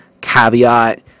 caveat